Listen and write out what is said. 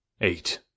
eight